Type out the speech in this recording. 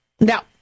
Now